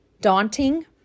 daunting